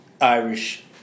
Irish